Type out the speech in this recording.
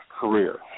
career